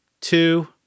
two